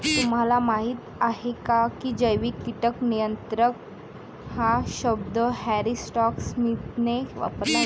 तुम्हाला माहीत आहे का की जैविक कीटक नियंत्रण हा शब्द हॅरी स्कॉट स्मिथने वापरला होता?